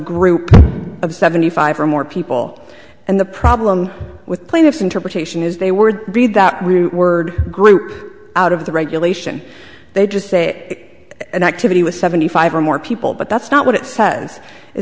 group of seventy five or more people and the problem with plaintiff's interpretation is they were read that reword out of the regulation they just say it an activity with seventy five or more people but that's not what it says it